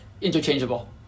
interchangeable